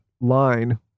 line